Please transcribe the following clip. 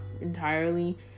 entirely